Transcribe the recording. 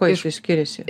kuo jisai skiriasi